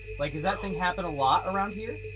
like does that thing happen a lot around here?